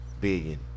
billion